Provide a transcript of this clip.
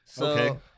Okay